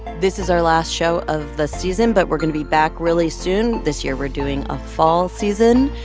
this is our last show of the season, but we're going to be back really soon. this year, we're doing a fall season.